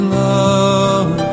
love